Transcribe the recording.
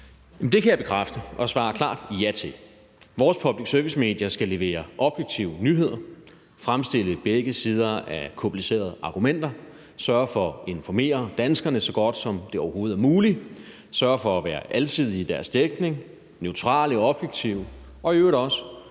Det kan jeg bekræfte og svare klart ja til. Vores public service-medier skal levere objektive nyheder, fremstille begge sider af komplicerede argumenter, sørge for at informere danskerne så godt, som det overhovedet er muligt, sørge for at være alsidige i deres dækning, neutrale og objektive, og i øvrigt også